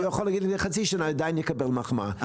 הוא יכול להגיד גם חצי שנה ועדיין יקבל מחמאה.